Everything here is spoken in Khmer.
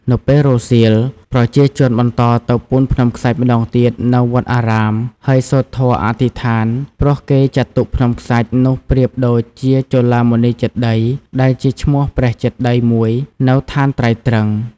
នៅពេលរសៀល ប្រជាជនបន្តទៅ ពូនភ្នំខ្សាច់ម្តងទៀតនៅវត្តអារាម ហើយសូត្រធម៌អធិដ្ឋាន ព្រោះគេចាត់ទុកភ្នំខ្សាច់នោះប្រៀបដូចជាចូឡាមនីចេតិយ ដែលជាឈ្មោះព្រះចេតិយ មួយនៅឋានត្រៃត្រិង្ស។